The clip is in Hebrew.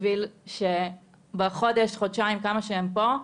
בשביל שבחודש, חודשיים, כמה שהם פה,